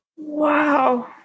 Wow